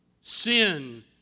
Sin